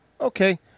Okay